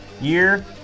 year